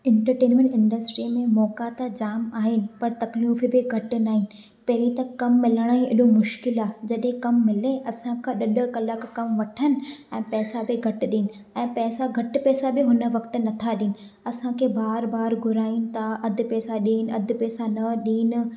entertainment इंडस्ट्रीय में मौक़ा त जाम आहिनि पर तकलीफ़ बि घटि न आहिनि पहिरीं त कमु मिलण ई हेॾो मुश्किल आहे जॾहिं कमु मिले असांखां ॾह ॾह कलाक कमु वठनि ऐं पैसा बि घटि ॾियनि ऐं पैसा घटि पैसा बि हुन वक़्ति बि नथा ॾियनि असांखे बार बार घुराईनि था अधु पैसा ॾियनि अधु पैसा न ॾियनि